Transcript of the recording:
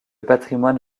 patrimoine